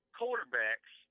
quarterbacks